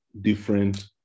different